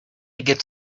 get